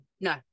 No